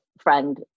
friend